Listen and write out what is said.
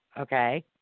okay